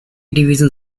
division